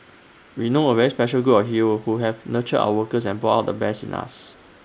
we know A very special girl heroes who have nurtured our workers and brought out the best in us